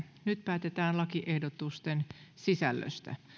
nyt päätetään lakiehdotusten sisällöstä